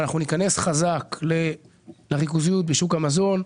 אבל אנחנו ניכנס חזק לריכוזיות בשוק המזון,